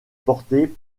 porté